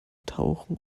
tauchen